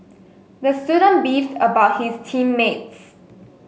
the student beefed about his team mates